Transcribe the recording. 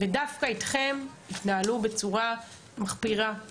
דווקא אתכם התנהלו בצורה מחפירה.